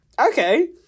Okay